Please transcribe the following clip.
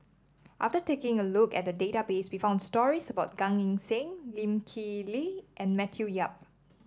after taking a look at the database we found stories about Gan Eng Seng Lee Kip Lee and Matthew Yap